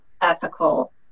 ethical